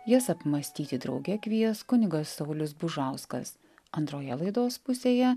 jas apmąstyti drauge kvies kunigas saulius bužauskas antroje laidos pusėje